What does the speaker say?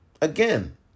again